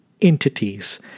entities